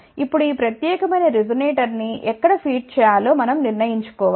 ఇప్పుడు ఈ ప్రత్యేకమైన రిజొనేటర్ ని ఎక్కడ ఫీడ్ చేయాలో మనం నిర్ణయించుకోవాలి